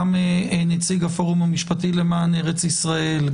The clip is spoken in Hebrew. גם נציג הפורום המשפטי למען ארץ ישראל,